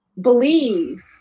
believe